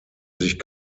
sich